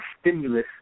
stimulus